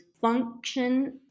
function